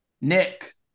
nick